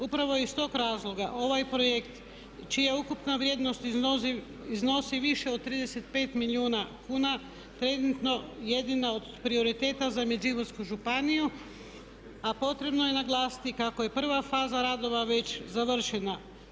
Upravo iz tog razloga ovaj projekt čija ukupna vrijednost iznosi više od 35 milijuna kuna predmetno jedan je od prioriteta za Međimursku županiju a potrebno je naglasiti kako je prva faza radova već završena.